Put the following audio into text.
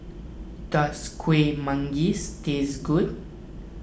does Kuih Manggis taste good